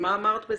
אז מה אמרת בזה?